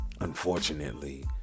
unfortunately